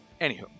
anywho